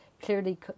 clearly